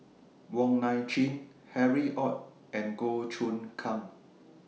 Wong Nai Chin Harry ORD and Goh Choon Kang